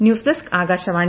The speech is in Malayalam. news desk Akashvani